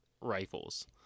rifles